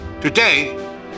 Today